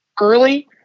early